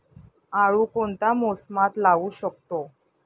आळू कोणत्या मोसमात लावू शकतो?